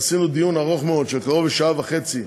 עשינו דיון ארוך מאוד של קרוב לשעה וחצי,